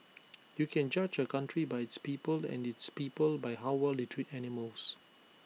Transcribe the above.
you can judge A country by its people and its people by how well they treat animals